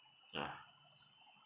ah